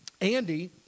Andy